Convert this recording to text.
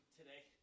today